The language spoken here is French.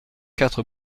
quatre